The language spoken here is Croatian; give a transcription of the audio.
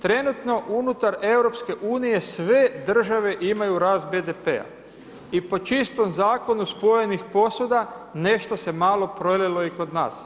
Trenutno unutar EU, sve države imaju rast BDP-a i po čistom zakonu spojenih posuda, nešto se malo prolilo i kod nas.